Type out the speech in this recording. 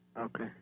Okay